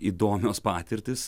įdomios patirtys